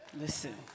Listen